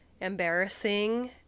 embarrassing